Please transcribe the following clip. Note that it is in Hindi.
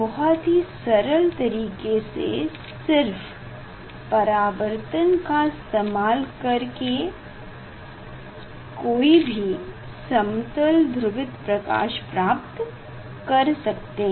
बहुत ही सरल तरीके से सिर्फ परावर्तन का इस्तेमाल कर के कोई भी समतल ध्रुवित प्रकाश प्राप्त कर सकते हैं